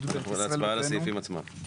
נעבור להצבעה על הסעיפים עצמם.